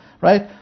Right